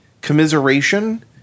commiseration